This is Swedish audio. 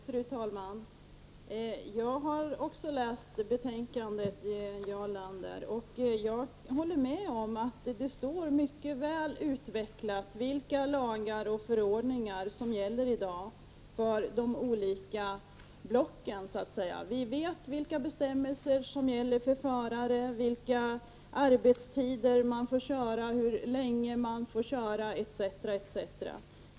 Fru talman! Jag har också läst betänkandet, Jarl Lander, och jag håller med om att det står mycket väl utvecklat vilka lagar och förordningar som gäller i dag för de olika blocken, så att säga. Vi vet vilka bestämmelser som gäller för förare, vilka arbetstider man får köra, hur länge man får köra etc. etc.